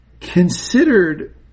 considered